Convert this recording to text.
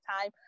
time